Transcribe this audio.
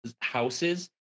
houses